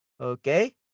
Okay